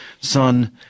son